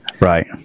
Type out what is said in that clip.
Right